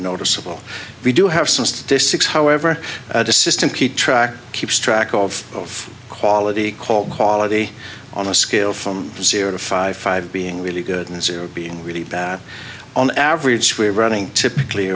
noticeable we do have some statistics however the system keep track keeps track of quality called quality on a scale from zero to five five being really good and zero being really bad on average we're running typically